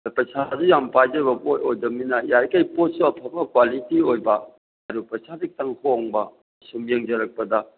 ꯄꯩꯁꯥꯁꯨ ꯌꯥꯝ ꯄꯥꯏꯖꯕ ꯄꯣꯠ ꯑꯣꯏꯗꯕꯅꯤꯅ ꯌꯥꯔꯤꯕꯃꯈꯩ ꯄꯣꯠꯁꯨ ꯑꯐꯕ ꯀ꯭ꯋꯥꯂꯤꯇꯤ ꯑꯣꯏꯕ ꯑꯗꯨ ꯄꯩꯁꯥꯗꯤ ꯈꯖꯤꯛꯇꯪ ꯍꯣꯡꯕ ꯁꯨꯝ ꯌꯦꯡꯖꯔꯛꯄꯗ